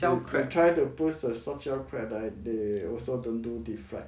you you try to push a soft shell crab ah they also don't do deep fried